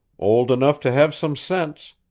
old enough to have some sense.